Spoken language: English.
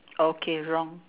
okay wrong